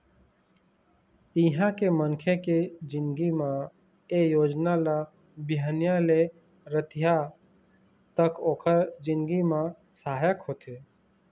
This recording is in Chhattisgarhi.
इहाँ के मनखे के जिनगी म ए योजना ल बिहनिया ले रतिहा तक ओखर जिनगी म सहायक होथे